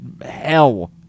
Hell